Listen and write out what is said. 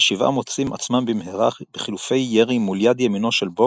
השבעה מוצאים עצמם במהרה בחילופי ירי מול יד ימינו של בוג,